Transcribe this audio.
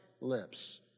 lips